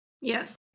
Yes